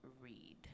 read